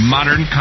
Modern